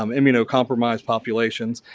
um immunocompromised populations.